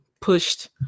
pushed